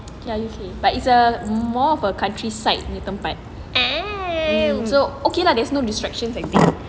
ya U_K but it's a more of a countryside punya tempat mm so okay lah there's no distractions I think